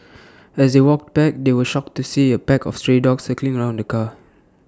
as they walked back they were shocked to see A pack of stray dogs circling around the car